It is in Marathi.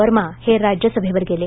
वर्मा हे राज्यसभेवर गेले